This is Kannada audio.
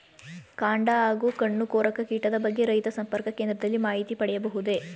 ಕಾಂಡ ಹಾಗೂ ಹಣ್ಣು ಕೊರಕ ಕೀಟದ ಬಗ್ಗೆ ರೈತ ಸಂಪರ್ಕ ಕೇಂದ್ರದಲ್ಲಿ ಮಾಹಿತಿ ಪಡೆಯಬಹುದೇ?